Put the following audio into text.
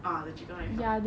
ah the chicken rice shop